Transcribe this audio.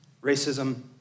racism